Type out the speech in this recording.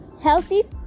healthy